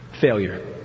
Failure